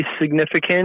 significant